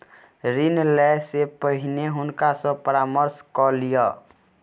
ऋण लै से पहिने हुनका सॅ परामर्श कय लिअ